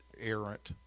errant